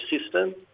system